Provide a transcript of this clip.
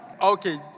Okay